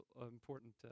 important